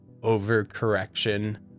overcorrection